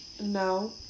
no